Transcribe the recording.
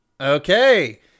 Okay